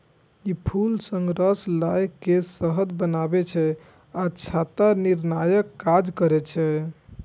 ई फूल सं रस लए के शहद बनबै छै आ छत्ता निर्माणक काज करै छै